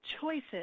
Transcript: choices